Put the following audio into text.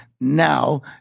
now